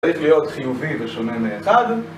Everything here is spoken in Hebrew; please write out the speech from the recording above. צריך להיות חיובי בשונה מאחד